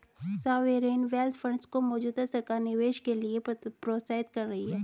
sovereign wealth funds को मौजूदा सरकार निवेश के लिए प्रोत्साहित कर रही है